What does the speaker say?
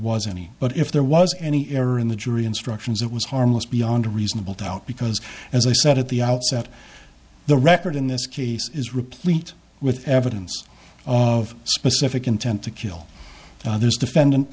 was any but if there was any error in the jury instructions it was harmless beyond reasonable doubt because as i said at the outset the record in this case is replete with evidence of specific intent to kill this defendant